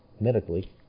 medically